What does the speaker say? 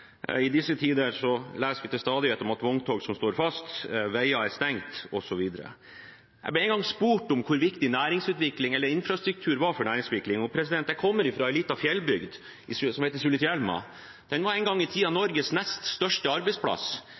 I disse tider leser vi til stadighet om vogntog som står fast, om stengte veier, osv. Jeg ble en gang spurt om hvor viktig infrastruktur er for næringsutvikling. Jeg kommer fra en liten fjellbygd som heter Sulitjelma – en gang i tiden Norges nest største arbeidsplass.